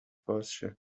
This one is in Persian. بازشه